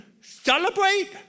celebrate